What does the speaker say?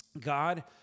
God